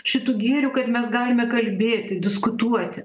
šitu gėriu kad mes galime kalbėti diskutuoti